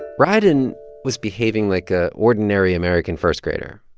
rieden was behaving like a ordinary american first-grader,